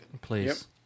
Please